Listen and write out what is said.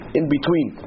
in-between